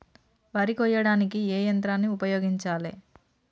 వరి కొయ్యడానికి ఏ యంత్రాన్ని ఉపయోగించాలే?